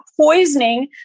poisoning